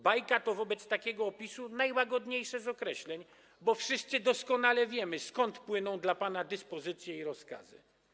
Bajka to wobec takiego opisu najłagodniejsze z określeń, bo wszyscy doskonale wiemy, skąd płyną dla pana dyspozycje i rozkazy.